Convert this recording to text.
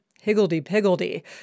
higgledy-piggledy